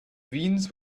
veins